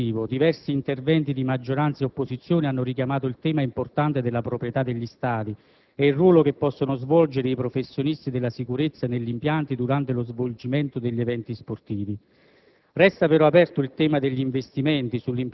È necessario completare questo disegno complessivo: diversi interventi, di maggioranza e opposizione, hanno richiamato il tema importante della proprietà degli stadi e il ruolo che possono svolgere i professionisti della sicurezza negli impianti durante lo svolgimento degli eventi sportivi.